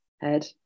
head